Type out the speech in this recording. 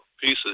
pieces